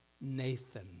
Nathan